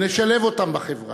ונשלב אותם בחברה,